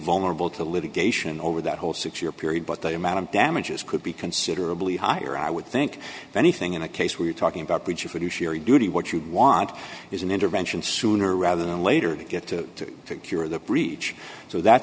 vulnerable to litigation over that whole six year period but the amount of damages could be considerably higher i would think anything in a case we're talking about which if you do share duty what you'd want is an intervention sooner rather than later to get to to cure the breach so that